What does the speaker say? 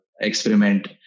experiment